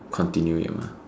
continue it mah